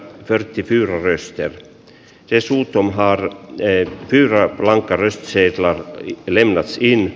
pertti pyrröster tiesulut tom hart ei pyydä laukkari siirtola ylemmäskin